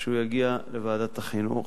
שהוא יגיע לוועדת החינוך.